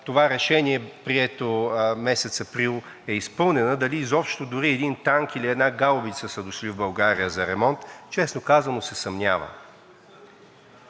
това решение, прието месец април, е изпълнена и дали изобщо един танк или една гаубица са дошли в България за ремонт, честно казано, се съмнявам.